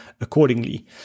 accordingly